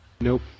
Nope